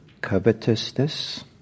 covetousness